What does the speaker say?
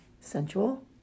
sensual